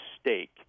stake